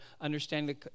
understanding